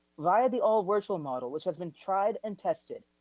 via the all virtual model, which has been tried and tested,